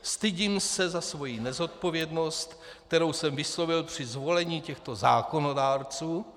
Stydím se za svoji nezodpovědnost, kterou jsem vyslovil při zvolení těchto zákonodárců.